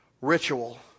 Ritual